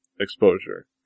exposure